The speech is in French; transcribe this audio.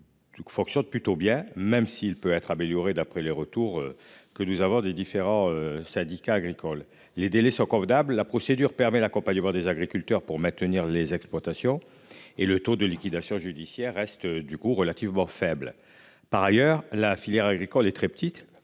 fonctionne plutôt bien, même s'il peut être amélioré. D'après les retours que nous avons des différents. Syndicats agricoles, les délais sont convenables. La procédure permet l'accompagnement des agriculteurs pour maintenir les exploitations et le taux de liquidation judiciaire reste du coût relativement faible. Par ailleurs la filière agricole est très petite.